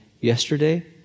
yesterday